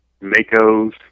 mako's